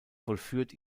vollführt